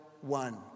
one